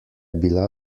bila